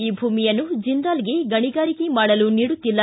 ಈ ಭೂಮಿಯನ್ನು ಜೆಂದಾಲ್ಗೆ ಗಣಿಗಾರಿಕೆ ಮಾಡಲು ನೀಡುತ್ತಿಲ್ಲ